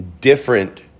different